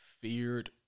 feared